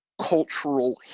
cultural